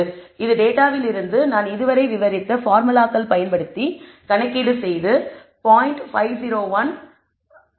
இது டேட்டாவில் இருந்து நான் இதுவரை விவரித்த ஃபார்முலாக்கள் பயன்படுத்தி கணக்கீடு செய்து 0